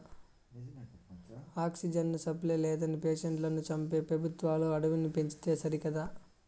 oxygen supply లేదని పేషెంట్లను చంపే పెబుత్వాలు అడవిని పెంచితే సరికదా